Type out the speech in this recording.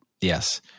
Yes